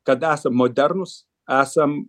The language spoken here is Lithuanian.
kad esam modernūs esam